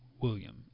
William